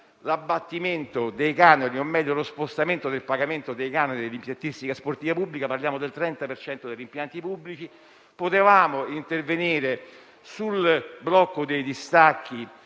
l'abbattimento dei canoni, o meglio per lo spostamento del pagamento dei canoni dell'impiantistica sportiva pubblica: stiamo parlando del 30 per cento degli impianti pubblici. Si poteva intervenire sul blocco dei distacchi